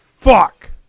Fuck